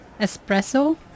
espresso